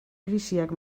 krisiak